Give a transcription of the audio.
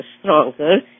stronger